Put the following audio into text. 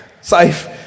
Safe